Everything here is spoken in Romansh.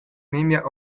memia